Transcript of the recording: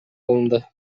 алынды